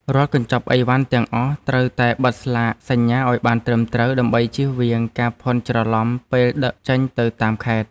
រាល់កញ្ចប់អីវ៉ាន់ទាំងអស់ត្រូវតែបិទស្លាកសញ្ញាឱ្យបានត្រឹមត្រូវ ដើម្បីជៀសវាងការភាន់ច្រឡំពេលដឹកចេញទៅតាមខេត្ត។